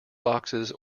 boxes